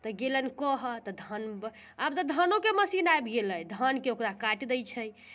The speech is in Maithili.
तऽ गेलनि कहऽ तऽ धान आब तऽ धानोके मशीन आबि गेलै धानके ओकरा काटि दै छै